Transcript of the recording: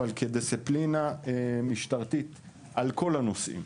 אבל כדיסציפלינה משטרתית על כל הנושאים.